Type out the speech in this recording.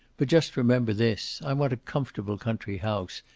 but just remember this i want a comfortable country house.